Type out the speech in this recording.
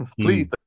please